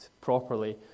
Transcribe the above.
properly